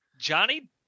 Johnny